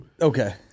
Okay